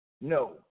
No